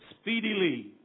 speedily